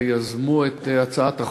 שיזמו את הצעת החוק,